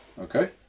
okay